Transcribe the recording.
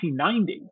1990